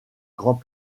grand